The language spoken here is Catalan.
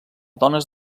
dones